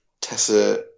Tessa